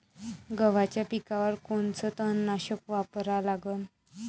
गव्हाच्या पिकावर कोनचं तननाशक वापरा लागन?